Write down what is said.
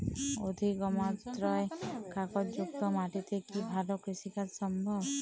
অধিকমাত্রায় কাঁকরযুক্ত মাটিতে কি ভালো কৃষিকাজ সম্ভব?